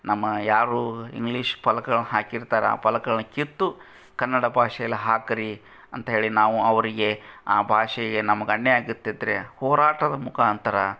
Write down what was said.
ನಮ್ಮ ಯಾರು ಇಂಗ್ಲೀಷ್ ಫಲಕಗಳ್ನ ಹಾಕಿರ್ತಾರೆ ಆ ಫಲಕಗಳ್ನ ಕಿತ್ತು ಕನ್ನಡ ಭಾಷೆಯಲ್ಲಿ ಹಾಕ್ರೀ ಅಂತ್ಹೇಳಿ ನಾವು ಅವರಿಗೆ ಆ ಭಾಷೆ ನಮ್ಗೆ ಅನ್ಯಾಯ ಆಗತ್ತಿದ್ದರೆ ಹೋರಾಟದ ಮುಖಾಂತರ